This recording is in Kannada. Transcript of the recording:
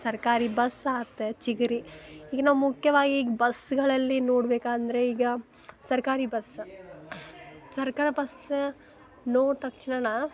ಸರ್ಕಾರಿ ಬಸ್ ಆಯ್ತ್ ಚಿಗರಿ ಈಗ ನಾವು ಮುಖ್ಯವಾಗಿ ಬಸ್ಸುಗಳಲ್ಲಿ ನೋಡ್ಬೇಕು ಅಂದರೆ ಈಗ ಸರ್ಕಾರಿ ಬಸ್ ಸರ್ಕಾರಿ ಬಸ್ ನೋಡಿ ತಕ್ಷಣ